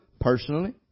personally